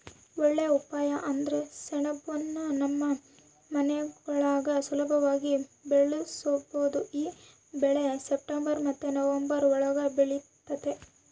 ಒಳ್ಳೇ ಉಪಾಯ ಅಂದ್ರ ಸೆಣಬುನ್ನ ನಮ್ ಮನೆಗುಳಾಗ ಸುಲುಭವಾಗಿ ಬೆಳುಸ್ಬೋದು ಈ ಬೆಳೆ ಸೆಪ್ಟೆಂಬರ್ ಮತ್ತೆ ನವಂಬರ್ ಒಳುಗ ಬೆಳಿತತೆ